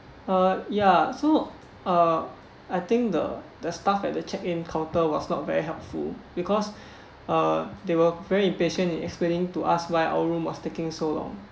uh ya so uh I think the the staff at the check in counter was not very helpful because uh they were very impatient in explaining to us why our room was taking so long